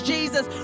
Jesus